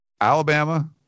Alabama